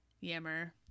yammer